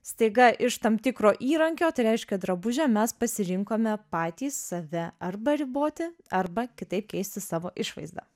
staiga iš tam tikro įrankio tai reiškia drabužio mes pasirinkome patys save arba riboti arba kitaip keisti savo išvaizdą